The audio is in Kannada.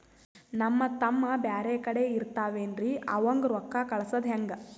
ನಮ್ ತಮ್ಮ ಬ್ಯಾರೆ ಕಡೆ ಇರತಾವೇನ್ರಿ ಅವಂಗ ರೋಕ್ಕ ಕಳಸದ ಹೆಂಗ?